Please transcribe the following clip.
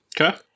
Okay